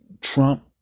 Trump